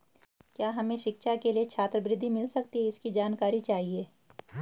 क्या हमें शिक्षा के लिए छात्रवृत्ति मिल सकती है इसकी जानकारी चाहिए?